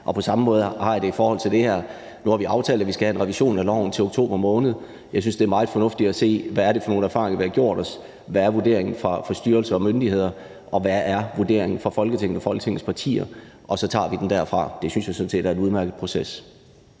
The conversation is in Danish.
På samme måde har jeg det i forhold til det her: Nu har vi aftalt, at vi skal have en revision af loven til oktober måned, så jeg synes, det er meget fornuftigt at se, hvad det er for nogle erfaringer, vi har gjort os, hvad vurderingen fra styrelser og myndigheder er, og hvad vurderingen fra Folketinget og fra Folketingets partier er. Så tager vi den derfra. Det synes jeg sådan set er en udmærket proces.